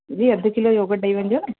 जी अधि kilo yoghurt ॾई वञिजो न